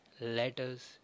letters